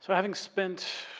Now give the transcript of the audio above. having spent,